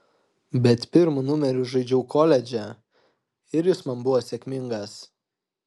bet pirmu numeriu žaidžiau koledže ir jis man buvo sėkmingas